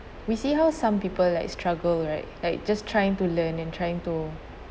we see how some people like struggle right like just trying to learn and trying to